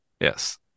yes